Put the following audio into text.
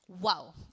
Wow